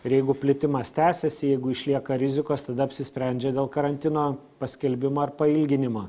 ir jeigu plitimas tęsiasi jeigu išlieka rizikos tada apsisprendžia dėl karantino paskelbimo ar pailginimo